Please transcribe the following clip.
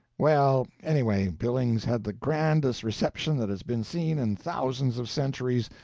well, anyway, billings had the grandest reception that has been seen in thousands of centuries,